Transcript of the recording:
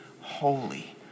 holy